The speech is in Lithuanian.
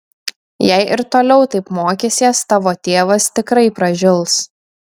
jei ir toliau taip mokysies tavo tėvas tikrai pražils